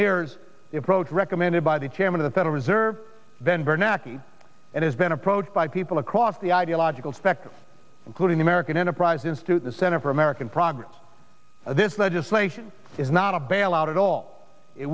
mirrors approach recommended by the chairman of the federal reserve ben bernanke and has been approached by people across the ideological spectrum including american enterprise institute the center for american progress this legislation is not a battle out at all it